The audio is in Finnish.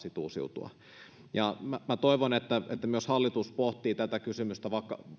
uusiutua minä toivon että että myös hallitus pohtii tätä kysymystä